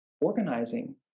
organizing